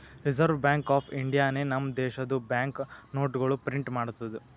reserve bank of ಇಂಡಿಯಾನೆ ನಮ್ ದೇಶದು ಬ್ಯಾಂಕ್ ನೋಟ್ಗೊಳ್ ಪ್ರಿಂಟ್ ಮಾಡ್ತುದ್